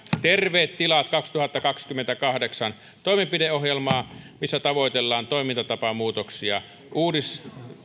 terveet tilat kaksituhattakaksikymmentäkahdeksan toimenpideohjelmaa missä tavoitellaan toimintatapamuutoksia uudis